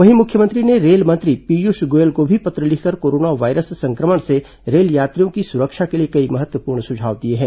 वहीं मुख्यमंत्री ने रेल मंत्री पीयूष गोयल को भी पत्र लिखकर कोरोना वायरस संक्रमण से रेल यात्रियों की सुरक्षा के लिए कई महत्वपूर्ण सुझाव दिए हैं